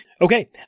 Okay